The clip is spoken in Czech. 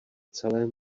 celém